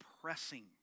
pressing